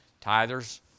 Tithers